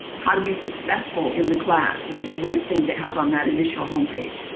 how to be successful in the class is a great thing to have on that initial home page,